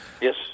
Yes